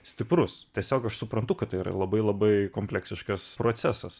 stiprus tiesiog aš suprantu kad yra labai labai kompleksiškas procesas